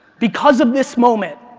because of this moment,